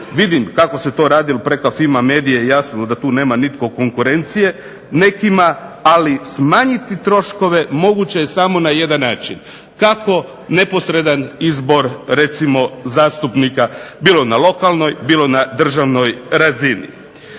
vidim kako se to radi, jer preko FIMI medije jasno da tu nema nitko konkurencije, nekima, ali smanjiti troškove moguće je samo na jedan način. Kako neposredan izbor recimo zastupnika bilo na lokalnoj bilo na državnoj razini.